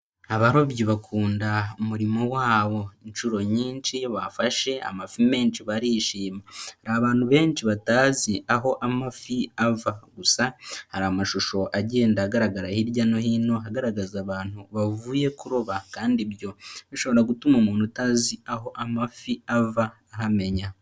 Abarobyi bakunda umurimo wabo, inshuro nyinshi iyo bafashe amafi menshi barishima. Ni abantu benshi batazi aho amafi ava, gusa hari amashusho agenda agaragara hirya no hino agaragaza abantu bavuye kuroba kandi ibyo bishobora gutuma umuntu utazi aho amafi ava ahamenya.